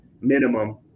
minimum